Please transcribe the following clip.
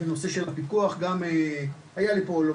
ובנושא של הפיקוח גם היה לי פה.